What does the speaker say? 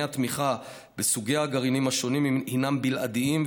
יובהר כי מבחני התמיכה בסוגי הגרעינים השונים הינם בלעדיים,